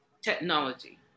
technology